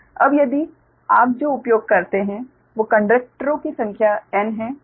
अब यदि आप जो उपयोग करते हैं वो कंडक्टरों की संख्या n है